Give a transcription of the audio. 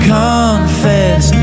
confess